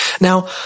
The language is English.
Now